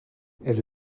elle